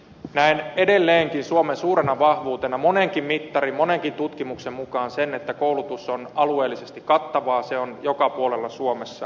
näen edelleenkin suomen suurena vahvuutena monenkin mittarin monenkin tutkimuksen mukaan sen että koulutus on alueellisesti kattavaa se on joka puolella suomessa